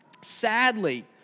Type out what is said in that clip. Sadly